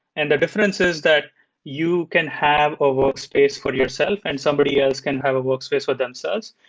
and the differences that you can have a workspace for yourself and somebody else can have a workspace with themselves,